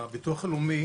הביטוח הלאומי